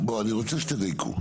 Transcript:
בוא, אני רוצה שתדייקו.